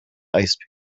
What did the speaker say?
ice